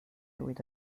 with